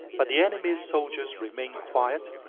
but the enemy's soldiers remain quiet,